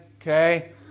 okay